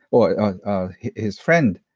or his friend,